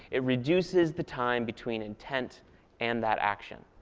it reduces the time between intent and that action.